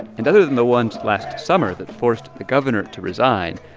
and other than the ones last summer that forced the governor to resign,